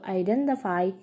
identify